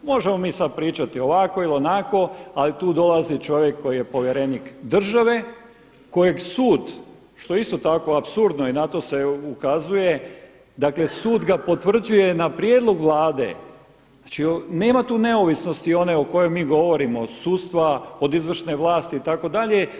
Možemo mi sada pričati ovako ili onako ali tu dolazi čovjek koji je povjerenik države, kojeg sud, što je isto tako apsurdno i na to se ukazuje, dakle sud ga potvrđuje na prijedlog Vlade, znači nema tu neovisnosti one o kojoj mi govorimo, od sudstva, od izvršne vlasti itd.